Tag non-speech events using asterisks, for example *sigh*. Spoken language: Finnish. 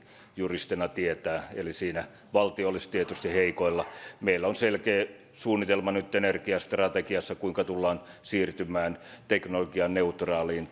juristina tietää eli siinä valtio olisi tietysti heikoilla meillä on selkeä suunnitelma nyt energiastrategiassa kuinka tullaan siirtymään teknologianeutraaliin *unintelligible*